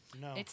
No